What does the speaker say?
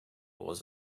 was